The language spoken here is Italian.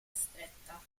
stretta